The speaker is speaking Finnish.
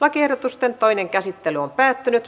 lakiehdotusten toinen käsittely päättyi